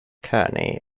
kearney